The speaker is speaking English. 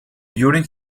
during